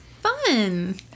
Fun